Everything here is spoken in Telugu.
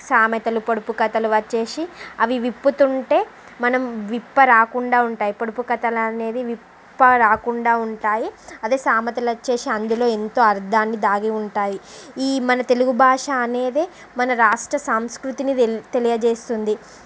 సామెతలు పొడుపు కథలు వచ్చి అవి విప్పుతుంటే మనం విప్ప రాకుండా ఉంటాయి పొడుపు కథలు అనేవి విప్ప రాకుండా ఉంటాయి అదే సామెతలు వచ్చి అందులో ఎంతో అర్ధాన్ని దాగి ఉంటాయి ఈ మన తెలుగు భాష అనేది మన రాష్ట్ర సంస్కృతిని తెలి తెలియచేస్తుంది